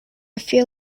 feel